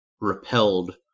repelled